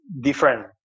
different